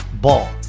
Ball